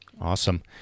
Awesome